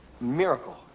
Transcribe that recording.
miracle